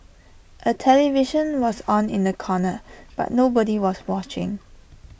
A television was on in the corner but nobody was watching